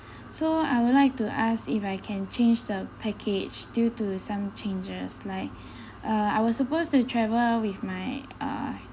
so I would like to ask if I can change the package due to some changes like uh I was supposed to travel with my uh